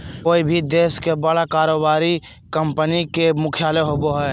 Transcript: कोय भी देश के बड़ा कारोबारी कंपनी के मुख्यालय होबो हइ